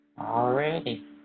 Already